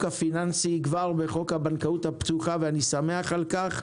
הפיננסי כבר בחוק הבנקאות הפתוחה ואני שמח על כך.